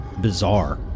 bizarre